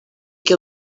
que